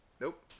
Nope